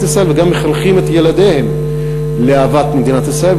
ישראל וגם מחנכים את ילדיהם לאהבת מדינת ישראל.